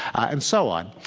and so on.